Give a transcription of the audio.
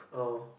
oh